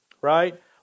Right